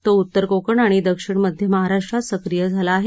तो उत्तर कोकण आणि दक्षिण मध्य महाराष्ट्रात सक्रिय झाला आहे